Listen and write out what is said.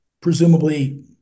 presumably